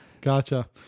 Gotcha